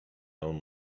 own